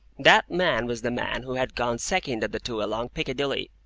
that man was the man who had gone second of the two along piccadilly,